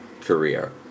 career